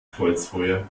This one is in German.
kreuzfeuer